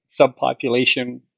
subpopulation